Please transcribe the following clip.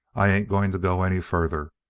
i ain't going to go any further.